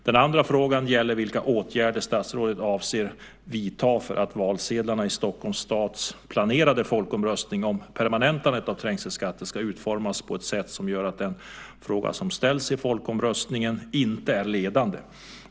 Den andra frågan gäller vilka åtgärder statsrådet avser att vidta för att valsedlarna i Stockholms stads planerade folkomröstning om permanentandet av trängselskatter ska utformas på ett sätt som gör att den fråga som ställs i folkomröstningen inte är ledande.